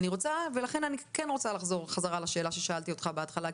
ולכן אני רוצה לחזור לשאלה ששאלתי אותך בהתחלה,